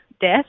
death